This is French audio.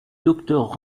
docteur